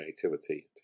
creativity